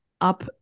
up